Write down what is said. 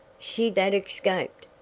she that escaped!